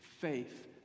faith